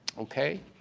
okay?